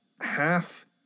Half